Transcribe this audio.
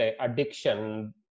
addiction